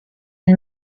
and